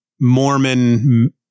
Mormon